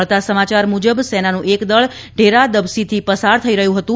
મળતા સમાચાર મુજબ સેનાનું એક દળ ઢેરા દબસીથી પસાર થઇ રહ્યું હતું